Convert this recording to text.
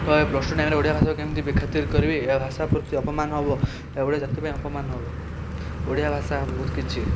ତ ଏ plus two ଟାଇମରେ ଓଡ଼ିଆ ଭାଷାକୁ କେମିତି ବେଖାତିର୍ କରିବି ଏହା ଭାଷା ପ୍ରତି ଅପମାନ ହେବ ଏହାଭଳି ସେଥିପାଇଁ ଅପମାନ ହେବ ଓଡ଼ିଆ ଭାଷା ବହୁତ କିଛି